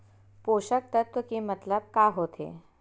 पोषक तत्व के मतलब का होथे?